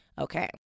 Okay